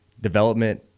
development